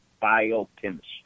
biochemistry